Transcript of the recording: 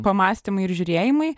pamąstymai ir žiūrėjimai